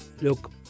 Look